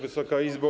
Wysoka Izbo!